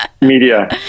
media